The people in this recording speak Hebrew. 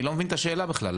אני לא מבין את השאלה בכלל.